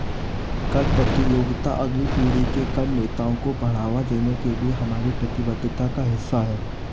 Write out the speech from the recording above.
कर प्रतियोगिता अगली पीढ़ी के कर नेताओं को बढ़ावा देने के लिए हमारी प्रतिबद्धता का हिस्सा है